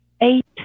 Eight